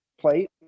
plate